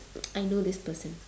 I know this person